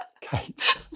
Kate